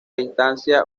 distancia